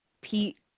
Pete